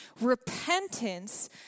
Repentance